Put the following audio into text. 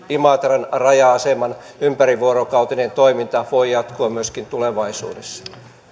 imatran raja aseman ympärivuorokautinen toiminta voi jatkua myöskin tulevaisuudessa